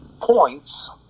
points